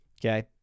Okay